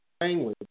language